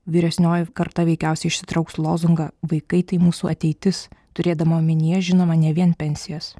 vyresnioji karta veikiausiai išsitrauks lozungą vaikai tai mūsų ateitis turėdama omenyje žinoma ne vien pensijas